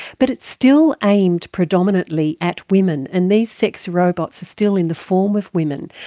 but it's still aimed predominantly at women, and these sex robots are still in the form of women.